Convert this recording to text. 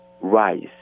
rise